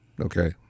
Okay